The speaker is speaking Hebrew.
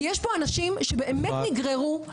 כי יש פה אנשים שבאמת נגררו,